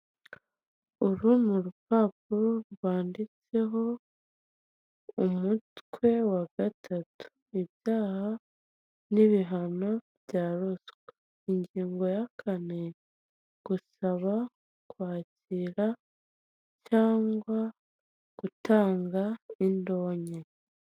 Uru ni urupapuro rwanditseho umutwe wa gatatu. Ibyaha n'ibihano bya ruswa. Ingingo ya kane : gusaba, kwakira cyangwa gutanga, indonke.